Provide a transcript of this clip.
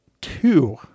two